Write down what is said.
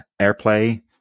AirPlay